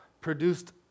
produced